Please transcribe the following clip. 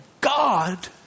God